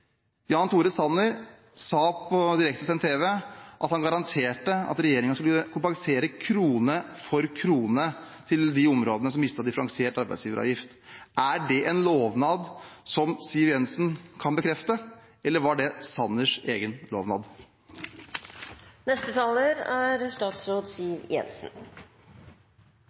Jan Tore Sanner garanterte på direktesendt tv at regjeringen skulle gi kompensasjon – krone for krone – til de områdene som mistet differensiert arbeidsgiveravgift. Er det en lovnad som Siv Jensen kan bekrefte, eller var det Sanners egen